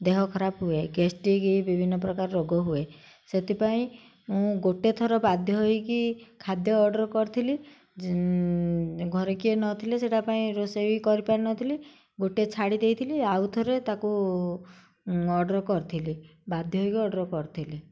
ଦେହ ଖରାପ ହୁଏ ଗାଷ୍ଟକି ବିଭିନ୍ନ ପ୍ରକାର ରୋଗ ହୁଏ ସେଥିପାଇଁ ମୁଁ ଗୋଟେ ଥର ବାଧ୍ୟ ହେଇକି ଖାଦ୍ୟ ଅର୍ଡ଼ର କରିଥିଲି ଘରେ କିଏ ନଥିଲେ ସେଇଟା ପାଇଁ ରୋଷେଇ ବି କରିପାରିନଥିଲି ଗୋଟେ ଛାଡ଼ି ଦେଇଥିଲି ଆଉ ଥରେ ତାକୁ ଅର୍ଡ଼ର କରିଥିଲି ବାଧ୍ୟ ହେଇକି ଅର୍ଡ଼ର କରିଥିଲି